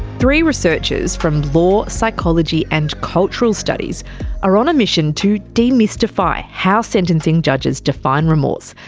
three researchers from law, psychology and cultural studies are on a mission to demystify how sentencing judges define remorse,